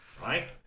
Right